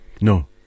No